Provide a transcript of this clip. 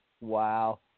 Wow